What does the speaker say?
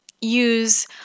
use